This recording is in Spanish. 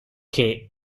que